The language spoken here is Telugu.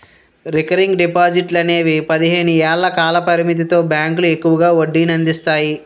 రికరింగ్ డిపాజిట్లు అనేవి పదిహేను ఏళ్ల కాల పరిమితితో బ్యాంకులు ఎక్కువ వడ్డీనందిస్తాయి